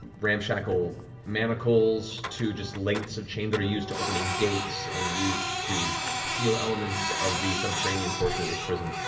ramshackle manacles to just lengths of chain that are used to opening gates and used to seal elements of the subterranean portion of this prison,